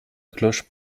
cloche